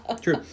True